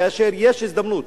כאשר יש הזדמנות